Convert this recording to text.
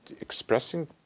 expressing